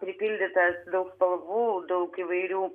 pripildytas daug spalvų daug įvairių